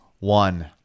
One